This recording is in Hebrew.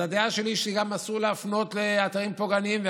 אז הדעה שלי היא שאסור להפנות לאתרים פוגעניים.